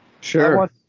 Sure